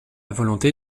volonté